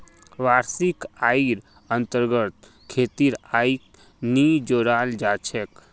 वार्षिक आइर अन्तर्गत खेतीर आइक नी जोडाल जा छेक